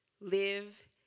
Live